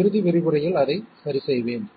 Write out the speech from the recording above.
இறுதி விரிவுரையில் அதைச் சரிசெய்வேன்